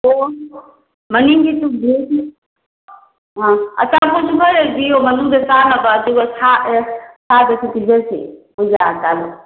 ꯑꯣ ꯃꯅꯤꯡꯒꯤ ꯆꯨꯝꯗ꯭ꯔꯤꯡꯁꯤ ꯑꯆꯥꯄꯣꯠꯁꯨ ꯈꯔ ꯂꯩꯕꯤꯌꯣ ꯃꯅꯨꯡꯗ ꯆꯥꯅꯕ ꯑꯗꯨꯒ ꯁꯥ ꯁꯥꯗꯁꯨ ꯄꯤꯖꯁꯦ ꯃꯣꯏ ꯒ꯭ꯌꯥꯟ ꯇꯥꯅ